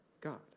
God